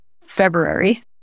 February